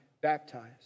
baptized